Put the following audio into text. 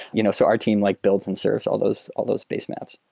you know so our team like builds and serves all those all those base maps.